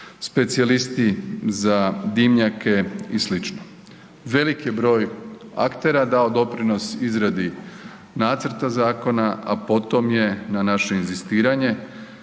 specijalisti za dimnjake i sl. Veliki je broj aktera dao doprinos izradi nacrta zakona, a potom je na naše inzistiranje